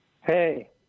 Hey